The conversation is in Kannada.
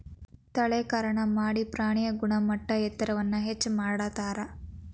ತಳೇಕರಣಾ ಮಾಡಿ ಪ್ರಾಣಿಯ ಗುಣಮಟ್ಟ ಎತ್ತರವನ್ನ ಹೆಚ್ಚ ಮಾಡತಾರ